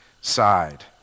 side